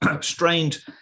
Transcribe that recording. strained